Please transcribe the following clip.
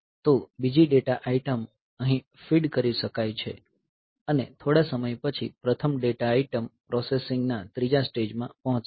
તો બીજી data item અહીં ફીડ કરી શકાય છે અને થોડા સમય પછી પ્રથમ ડેટા આઇટમ પ્રોસેસિંગ ના ત્રીજા સ્ટેજમાં પહોંચશે